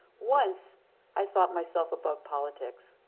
once i thought myself about politics.